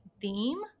theme